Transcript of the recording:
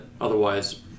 otherwise